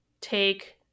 take